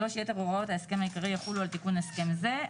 3. יתר הוראות ההסכם העיקרי יחולו על תיקון הסכם זה.